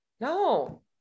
No